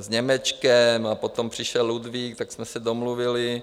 s Němečkem, a potom přišel Ludvík, tak jsme se domluvili.